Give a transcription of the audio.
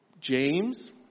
James